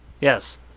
Yes